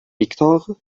victor